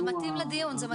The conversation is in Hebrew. זה מתאים לדיון.